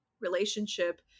relationship